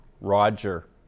Roger